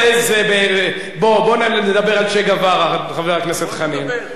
בוא ונדבר על צ'ה גווארה, חבר הכנסת חנין.